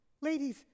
Ladies